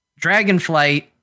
Dragonflight